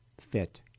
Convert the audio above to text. fit